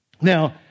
Now